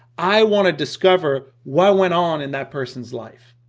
i wanna discover what went on in that person's life.